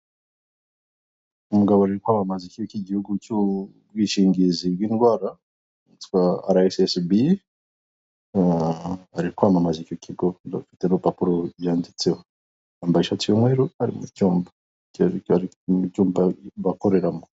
Umugabo ari kwamamaza ikigo cy'igihugu cy'ubwishingizi bw'indwara cyitwa "RSSB". Ari kwamamaza icyo kigo, afite n'urupapuro byanditseho. Yambaye ishati y'umweru ari cyumba bakoreramo.